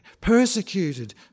persecuted